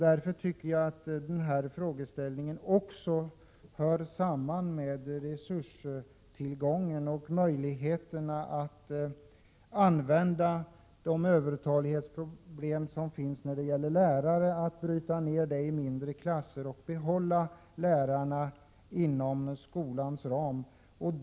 Därför tycker jag att den här frågeställningen hör samman med resurstillgången och möjligheterna att komma till rätta med de övertalighetsproblem som finns när det gäller lärare. Man borde kunna bryta ned övertaligheten av lärare genom att ha mindre klasser och behålla lärarna inom skolans ram.